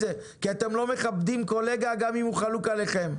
זה כי אתם לא מכבדים קולגה גם אם הוא חלוק עליכם,